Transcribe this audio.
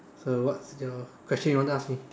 so what's your question you want to ask me